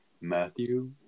Matthew